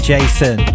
Jason